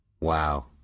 Wow